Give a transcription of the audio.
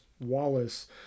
Wallace